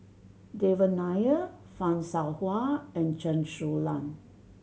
Devan Nair Fan Shao Hua and Chen Su Lan